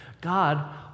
God